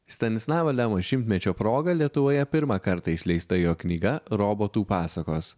stanislavo lemo šimtmečio proga lietuvoje pirmą kartą išleista jo knyga robotų pasakos